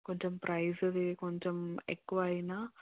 కొంచం ప్రైస్ అది కొంచెం ఎక్కువ అయిన